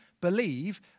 believe